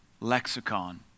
lexicon